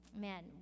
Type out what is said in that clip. man